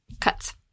cuts